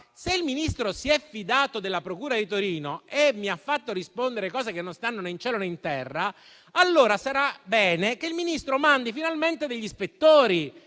se il Ministro si è fidato della procura di Torino e mi ha fatto rispondere cose che non stanno né in cielo né in terra, allora sarà bene che il Ministro mandi finalmente degli ispettori